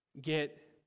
get